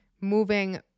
moving